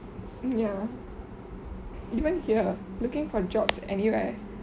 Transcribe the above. ya even here looking for jobs anywhere